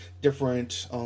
different